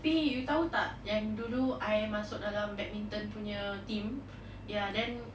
tapi you tahu tak yang I masuk dalam badminton punya team ya then